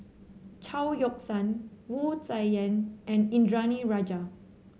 Chao Yoke San Wu Tsai Yen and Indranee Rajah